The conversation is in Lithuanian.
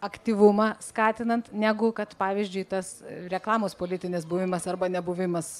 aktyvumą skatinant negu kad pavyzdžiui tas reklamos politinis buvimas arba nebuvimas